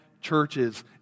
churches